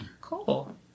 Cool